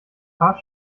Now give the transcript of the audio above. paar